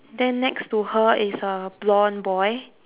then next to her is a blond boy